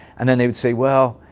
and then they would say, well,